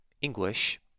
English